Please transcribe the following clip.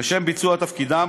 לשם ביצוע תפקידם,